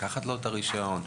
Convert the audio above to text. לקחת לו את הרישיון,